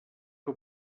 que